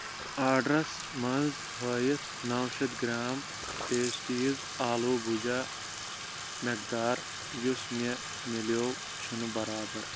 آرڈرَس منٛز ہٲیِتھ نو شیٚتھ گرٛام ٹیسٹیٖز آلوٗ بوٗجا مٮ۪قدار یُس مےٚ مِلٮ۪و چھُنہٕ برابر